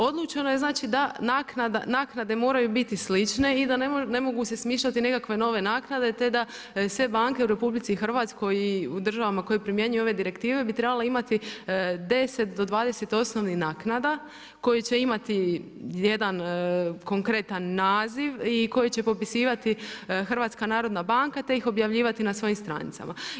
Odlučeno je znači da naknade moraju biti slične i da ne mogu se smišljati nekakve nove naknade te da sve banke u RH i u državama koje primjenjuju ove direktive bi trebale imati 10 do 20 osnovnih naknada koje će imati jedan konkretan naziv i koje će popisivati HNB te ih objavljivati na svojim stranicama.